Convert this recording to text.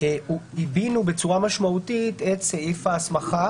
עיבינו בצורה משמעותית את סעיף ההסמכה